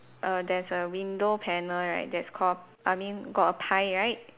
err there's a window panel right that's called I mean got a pie right